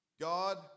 God